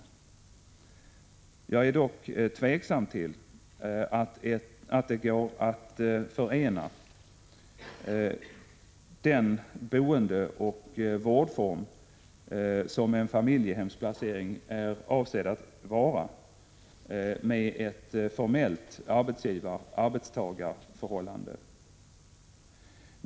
Jag är dock tveksam till att det går att förena den boendeoch vårdform som en familjehemsplacering är avsedd att vara med ett formellt arbetsgivaroch arbetstagarförhållande.